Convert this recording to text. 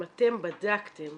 אם אתם בדקתם